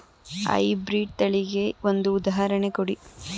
High breed ತಳಿಗೆ ಒಂದು ಉದಾಹರಣೆ ಕೊಡಿ?